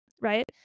right